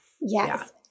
Yes